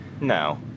no